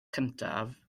cyntaf